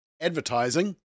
advertising